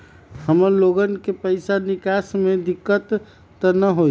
हमार लोगन के पैसा निकास में दिक्कत त न होई?